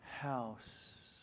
house